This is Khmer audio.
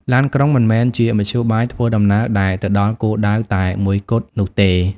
ឡានក្រុងមិនមែនជាមធ្យោបាយធ្វើដំណើរដែលទៅដល់គោលដៅតែមួយគត់នោះទេ។